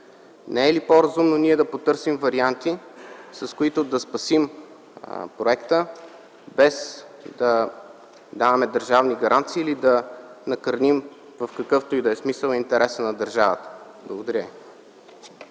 Не е ли по-разумно ние да потърсим варианти, с които да спасим проекта без да даваме държавни гаранции или да накърним в какъвто и да е смисъл интереса на държавата? Благодаря.